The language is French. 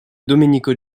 domenico